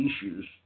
issues